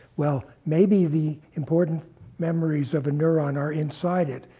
well, maybe the important memories of a neuron are inside it,